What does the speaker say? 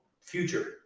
future